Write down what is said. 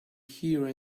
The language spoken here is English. here